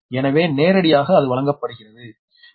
எனவே நேரடியாக அது வழங்கப்படுகிறது 0